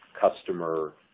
customer